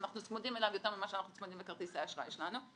שאנחנו צמודים אליו יותר ממה שאנחנו צמודים לכרטיס האשראי שלנו,